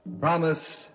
promise